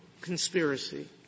conspiracy